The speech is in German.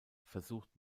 versucht